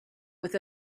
with